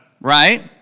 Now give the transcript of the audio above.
right